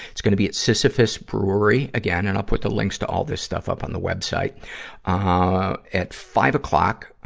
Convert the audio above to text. it's gonna be at sisyphus brewery, again and i'll put the links to all this stuff up on the web site uh, ah at five o'clock.